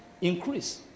increase